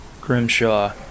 Grimshaw